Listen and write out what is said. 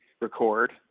record